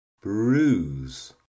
bruise